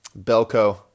Belco